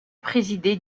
présidé